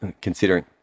considering